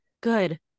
Good